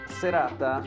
serata